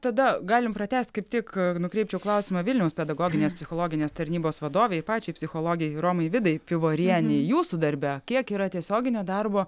tada galim pratęsti kaip tik nukreipčiau klausimą vilniaus pedagoginės psichologinės tarnybos vadovei pačiai psichologei romai vidai pivorienei jūsų darbe kiek yra tiesioginio darbo